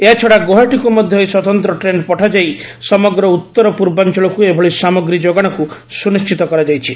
ଏହାଛଡା ଗୌହାଟୀକୁ ମଧ୍ୟ ଏହି ସ୍ୱତନ୍ତ ଟ୍ରେନ ପଠାଯାଇ ସମଗ୍ର ଉତ୍ତରପୂର୍ବାଞ୍ଚଳକୁ ଏଭଳି ସାମଗ୍ରୀ ଯୋଗାଣକୁ ସୁନିଶ୍ଚିତ କରାଯାଇଛି